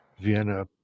Vienna